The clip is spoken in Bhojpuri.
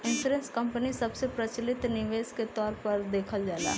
इंश्योरेंस कंपनी सबसे प्रचलित निवेश के तौर पर देखल जाला